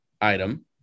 item